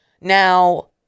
Now